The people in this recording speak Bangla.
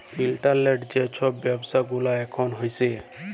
ইলটারলেটে যে ছব ব্যাব্ছা গুলা এখল হ্যছে